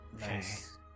Nice